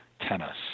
tennis